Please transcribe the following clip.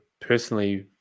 personally